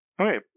Okay